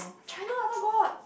China I thought got